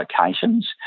locations